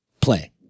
play